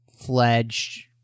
fledged